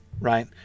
right